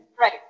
right